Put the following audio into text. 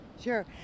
Sure